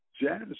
Jazz